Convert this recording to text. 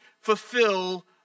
fulfill